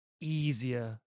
easier